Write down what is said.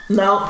no